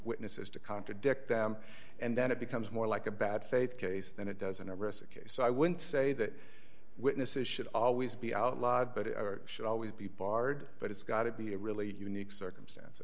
witnesses to contradict them and then it becomes more like a bad faith case than it does in a recent case so i wouldn't say that witnesses should always be outlawed but it should always be barred but it's got to be a really unique circumstance